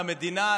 למדינה,